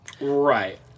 Right